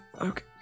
Okay